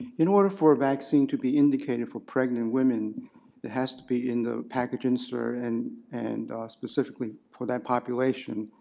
in order for a vaccine to be indicated for pregnant women it has to be in the package insert and and ah specifically for that population.